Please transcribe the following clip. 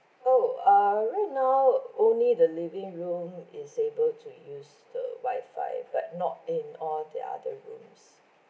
oh uh right now only the living room is able to use the wifi but not in all the other rooms